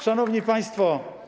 Szanowni Państwo!